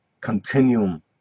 continuum